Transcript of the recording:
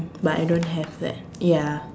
but I don't have that ya